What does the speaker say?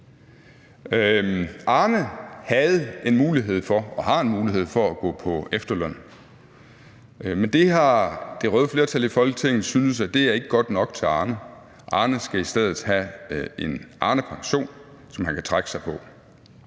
og har en mulighed for at gå på efterløn, men det har det røde flertal i Folketinget ikke syntes var godt nok til Arne. Arne skal i stedet have en Arnepension, som han kan trække sig på.